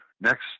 next